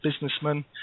businessman